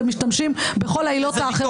והם משתמשים בכל העילות האחרות.